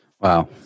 Wow